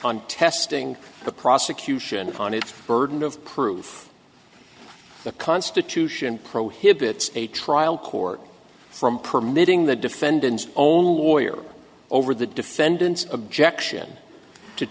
on testing the prosecution upon its burden of proof the constitution prohibits a trial court from permitting the defendant's own lawyer over the defendant's objection to